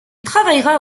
travaillera